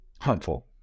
harmful